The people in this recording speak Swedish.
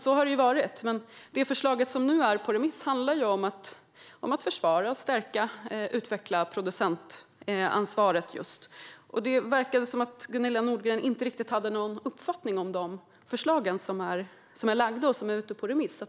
Så har det ju varit, men det förslag som nu är ute på remiss handlar om att försvara, stärka och utveckla producentansvaret. Det verkade som att Gunilla Nordgren inte riktigt hade någon uppfattning om de förslag som är ute på remiss.